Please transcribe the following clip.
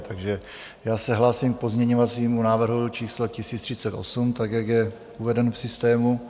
Takže já se hlásím k pozměňovacímu návrhu číslo 1038, jak je uveden v systému.